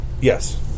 Yes